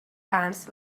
ants